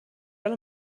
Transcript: alle